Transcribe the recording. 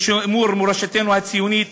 של שימור מורשתנו הציונית,